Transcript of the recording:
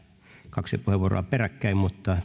kaksi puheenvuoroa peräkkäin mutta